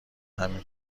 همین